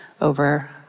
over